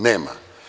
Nema.